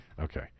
Okay